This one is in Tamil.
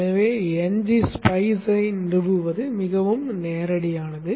எனவே ngSpice ஐ நிறுவுவது மிகவும் நேரடியானது